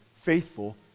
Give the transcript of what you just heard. faithful